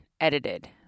edited